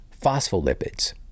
phospholipids